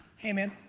hey man.